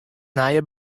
nije